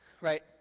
Right